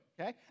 okay